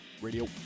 Radio